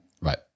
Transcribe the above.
right